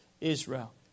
Israel